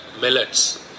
millets